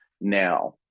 now